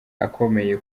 akomeye